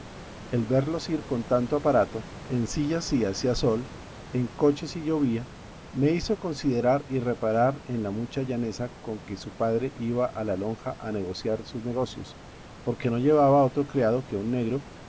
el verlos ir con tanto aparato en sillas si hacía sol en coche si llovía me hizo considerar y reparar en la mucha llaneza con que su padre iba a la lonja a negociar sus negocios porque no llevaba otro criado que un negro